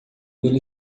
ele